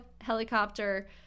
helicopter